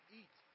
eat